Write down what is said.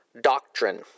doctrine